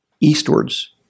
eastwards